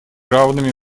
равными